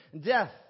death